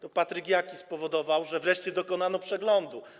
To Patryk Jaki spowodował, że wreszcie dokonano przeglądu.